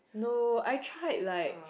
no I tried like